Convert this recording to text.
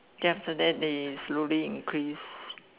then after that they slowly increase